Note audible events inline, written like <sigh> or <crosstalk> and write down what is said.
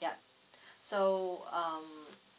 yup <breath> so um